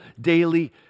daily